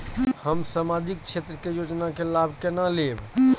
हम सामाजिक क्षेत्र के योजना के लाभ केना लेब?